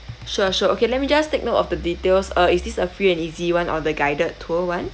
sure sure okay let me just take note of the details uh is this a free and easy one or the guided tour one